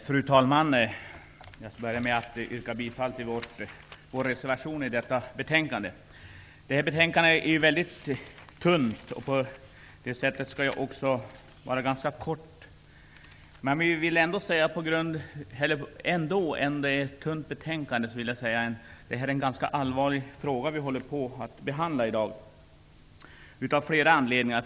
Fru talman! Jag börjar med att yrka bifall till vår reservation i detta betänkande. Betänkandet är mycket tunt. Jag skall också fatta mig ganska kort. Även om det är ett tunt betänkande är det en allvarlig fråga vi i dag behandlar. Den är allvarlig av flera anledningar.